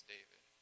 David